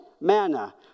manna